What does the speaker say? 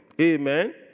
Amen